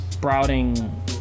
Sprouting